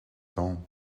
temps